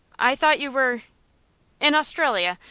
i thought you were in australia.